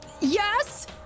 Yes